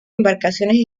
embarcaciones